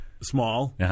small